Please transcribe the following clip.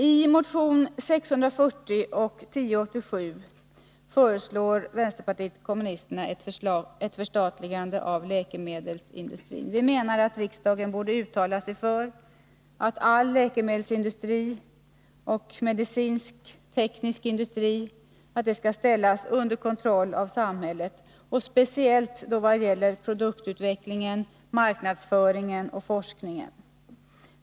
I motionerna 640 och 1087 föreslår vpk ett förstatligande av läkemedelsindustrin. Vi menar att riksdagen borde uttala sig för att all läkemedelsindustri och medicinsk-teknisk industri ställs under kontroll av samhället och speciellt i vad gäller produktutveckling, marknadsföring och forskning.